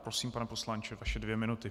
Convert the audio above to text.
Prosím, pane poslanče, vaše dvě minuty.